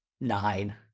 nine